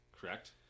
Correct